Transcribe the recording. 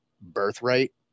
birthright